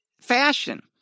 fashion